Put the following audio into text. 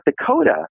Dakota